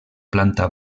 planta